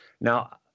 now